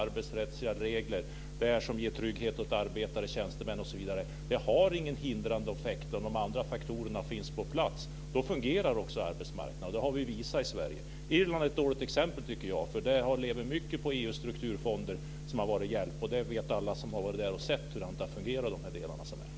Arbetsrättsliga regler, som ger trygghet åt arbetare, tjänstemän osv., inte någon hindrande effekt om de andra faktorerna är på plats, utan då fungerar arbetsmarknaden. Det har vi i Sverige visat. Irland tycker jag alltså är ett dåligt exempel eftersom man där mycket lever på EU:s strukturfonder, som varit till hjälp. Det vet alla som varit där och sett hur de här delarna fungerar.